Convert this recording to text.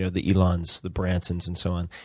ah the elons, the bransons and so on.